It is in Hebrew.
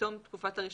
מתום תקופת הרישיון.